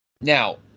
Now